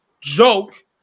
joke